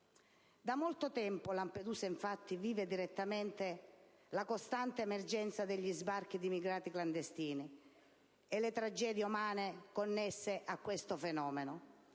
da molto tempo Lampedusa vive direttamente la costante emergenza degli sbarchi di immigrati clandestini e le tragedie umane connesse a questo fenomeno,